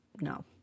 no